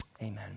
Amen